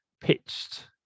pitched